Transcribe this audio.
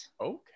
okay